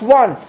one